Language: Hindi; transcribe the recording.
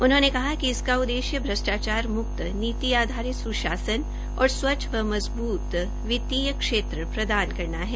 उन्होंने कहा कि इसका उददेश्य भ्रष्टाचार मुक्त नीति आधारित सुशासन और स्वच्छ व मजबूत वित्तीय क्षेत्र प्रदान करना है